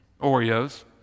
Oreos